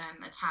attack